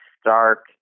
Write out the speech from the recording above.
stark